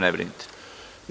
Ne brinite.